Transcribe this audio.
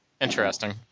interesting